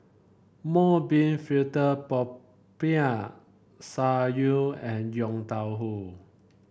Mung Bean fritter Popiah Sayur and Yong Tau Foo